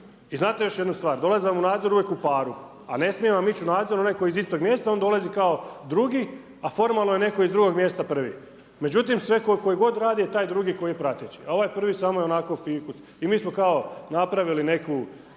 I znate još jednu stvar, dolazi vam u nadzor uvijek u paru a ne smije vam ići u nadzor onaj koji je iz istog mjesta, on dolazi kao drugi a formalno je netko iz drugog mjesta prvi. Međutim, sve koji god rade, taj drugi koji je prateći a ovaj prvi samo je onako fikus. I mi smo kao napravili neku